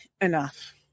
enough